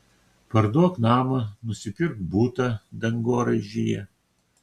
parduok namą nusipirk butą dangoraižyje